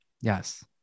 Yes